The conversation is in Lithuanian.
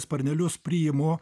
sparnelius priimu